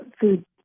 food